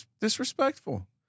disrespectful